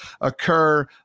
occur